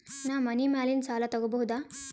ನಾ ಮನಿ ಮ್ಯಾಲಿನ ಸಾಲ ತಗೋಬಹುದಾ?